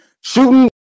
shooting